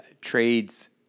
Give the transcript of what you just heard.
trades